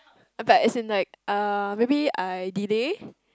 but as in like uh maybe I delay